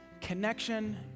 connection